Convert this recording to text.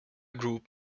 group